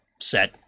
set